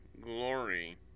glory